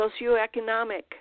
socioeconomic